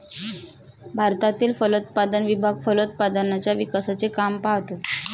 भारतातील फलोत्पादन विभाग फलोत्पादनाच्या विकासाचे काम पाहतो